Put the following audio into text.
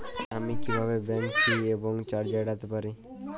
আমি কিভাবে bank fee এবং চার্জ এড়াতে পারি?